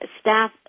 staff